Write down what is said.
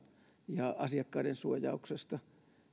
ja asiakkaiden suojauksesta